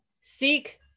Seek